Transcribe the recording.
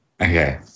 Okay